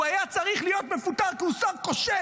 הוא היה צריך להיות מפוטר כי הוא שר כושל.